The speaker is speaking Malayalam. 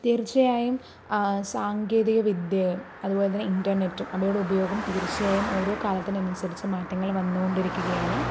തീർച്ചയായും സാങ്കേതിക വിദ്യയെ അതുപോലെ ഇന്റർനെറ്റും അവയുടെ ഉപയോഗം തീർച്ചയായും ഓരോ കാലത്തിന് അനുസരിച്ച് മാറ്റങ്ങൾ വന്നുകൊണ്ടിരിക്കുകയാണ്